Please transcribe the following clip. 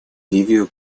ливию